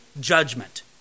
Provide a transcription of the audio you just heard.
judgment